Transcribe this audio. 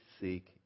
seek